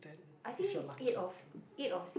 I think eight of eight of